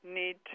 need